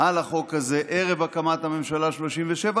על החוק הזה ערב הקמת הממשלה השלושים-ושבע,